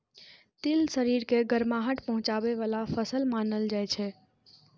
तिल शरीर के गरमाहट पहुंचाबै बला फसल मानल जाइ छै